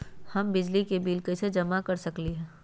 हम बिजली के बिल कईसे जमा कर सकली ह?